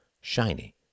shiny